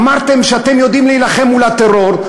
אמרתם שאתם יודעים להילחם מול הטרור.